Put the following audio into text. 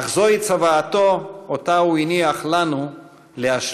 אך זוהי צוואתו, ואותה הניח לנו להשלים.